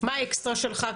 מה האקסטרה שלך?